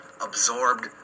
absorbed